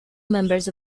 members